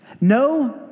no